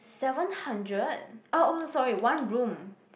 seven hundred uh oh sorry one room